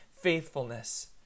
faithfulness